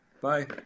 bye